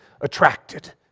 attracted